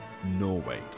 Norway